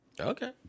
Okay